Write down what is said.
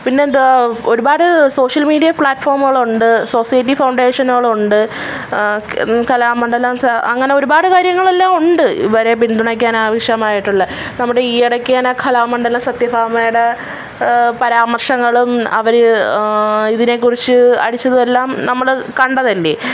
പിന്നെ ദേ ഒരുപാട് സോഷ്യൽ മീഡിയ പ്ലാറ്റ്ഫോമുകളുണ്ട് സൊസൈറ്റി ഫൗണ്ടേഷനുകളുണ്ട് കലാമണ്ഡലം അങ്ങനെ ഒരുപാട് കാര്യങ്ങളെല്ലാം ഉണ്ട് ഇവരെ പിന്തുണക്കാനാവശ്യമായിട്ടുള്ള നമ്മുടെ ഈ ഇടയ്ക്ക് തന്നെ കാലമണ്ഡലം സത്യ ഭാമയുടെ പരമാർശങ്ങളും അവർ ഇതിനെക്കുറിച്ച് അടിച്ചതുമെല്ലാം നമ്മൾ കണ്ടതല്ലേ